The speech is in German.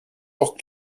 doch